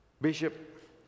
Bishop